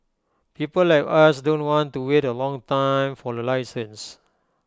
people like us don't want to wait A long time for A license